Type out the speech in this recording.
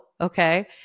okay